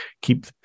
keep